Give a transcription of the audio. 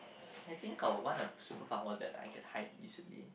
I think I would want a superpower that I can hide easily